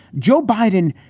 joe biden,